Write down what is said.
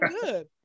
good